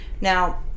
Now